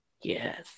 Yes